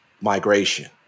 migration